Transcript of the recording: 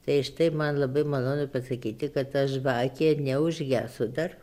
tai štai man labai malonu pasakyti kad ta žvakė neužgeso dar